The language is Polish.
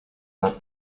nad